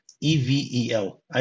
E-V-E-L